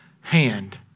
hand